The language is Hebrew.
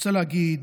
רוצה להגיד,